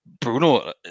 Bruno